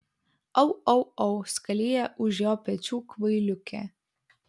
au au au skalija už jo pečių kvailiukė